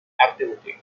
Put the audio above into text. activity